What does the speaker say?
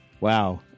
Wow